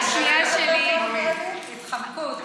התחמקות.